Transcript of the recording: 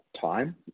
time